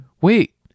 wait